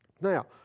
Now